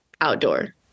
Outdoor